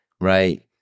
right